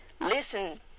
Listen